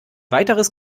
weiteres